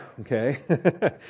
okay